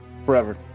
forever